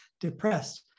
depressed